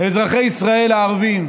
אזרחי ישראל הערבים.